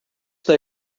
they